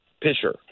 pitcher